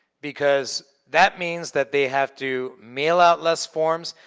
because that means that they have to mail out less forms,